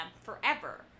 forever